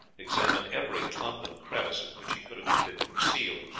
examined every clump and crevice in which he could have been concealed,